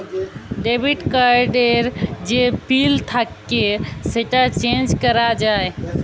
debit card এর যে pin থাক্যে সেটা চেঞ্জ ক্যরা যায়